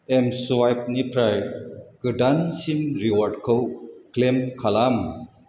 M स्वाइफनिफ्राय गोदानसिन रिवार्डखौ क्लेम खालाम